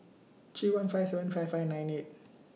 three one five seven five five nine eight